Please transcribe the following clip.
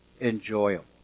enjoyable